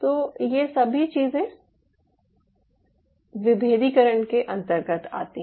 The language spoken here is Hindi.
तो ये सभी चीजें विभेदीकरण के अंतर्गत आती हैं